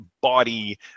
body